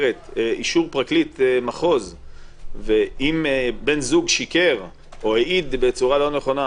ורק אם לא מצליחים להגיע לכדי הבנה,